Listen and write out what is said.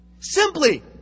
Simply